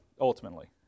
ultimately